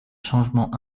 changements